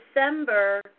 December